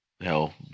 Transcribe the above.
Hell